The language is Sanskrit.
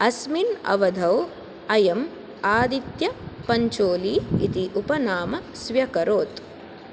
अस्मिन् अवधौ अयम् आदित्यपञ्चोली इति उपनाम स्व्यकरोत्